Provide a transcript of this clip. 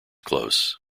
close